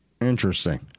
Interesting